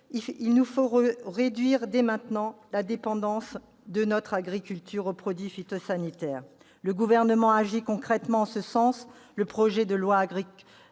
il nous faut réduire dès maintenant la dépendance de notre agriculture aux produits phytosanitaires. Le Gouvernement agit concrètement en ce sens : le projet de loi Agriculture,